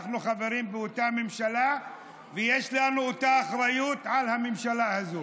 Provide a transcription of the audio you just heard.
אנחנו חברים באותה ממשלה ויש לנו אותה אחריות על הממשלה הזאת.